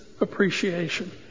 appreciation